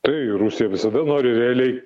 tai rusija visada nori realiai